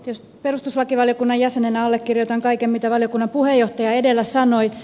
tietysti perustuslakivaliokunnan jäsenenä allekirjoitan kaiken mitä valiokunnan puheenjohtaja edellä sanoi